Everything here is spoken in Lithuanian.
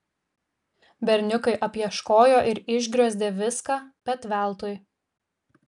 berniukai apieškojo ir išgriozdė viską bet veltui